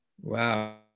Wow